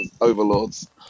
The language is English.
overlords